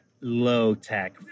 low-tech